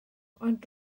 ond